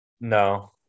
no